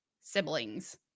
siblings